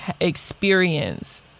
experience